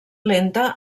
lenta